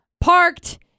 parked